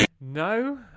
No